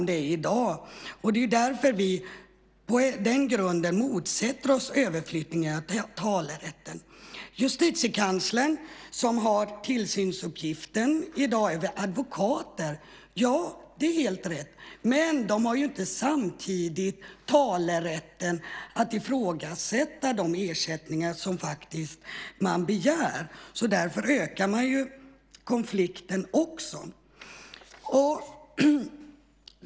Det är på den grunden som vi motsätter oss en överflyttning av talerätten. Hos Justitiekanslern, som har tillsynsuppgiften i dag, finns advokater. Ja, det är helt rätt, men de har ju inte samtidigt rätten att ifrågasätta de ersättningar som man faktiskt begär. Därför ökar man konflikten.